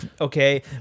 okay